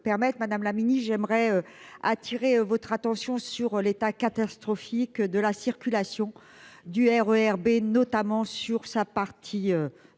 madame la Mini j'aimerais attirer votre attention sur l'état catastrophique de la circulation du RER B notamment sur sa partie nord est